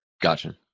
Gotcha